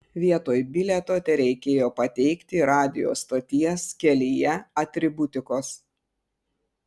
vietoj bilieto tereikėjo pateikti radijo stoties kelyje atributikos